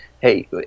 Hey